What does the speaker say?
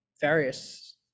various